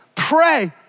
Pray